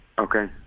Okay